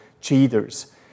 cheaters